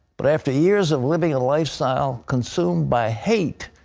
but after years of living a lifestyle consumed by hate,